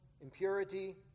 impurity